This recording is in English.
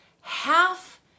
half